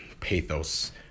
pathos